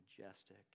majestic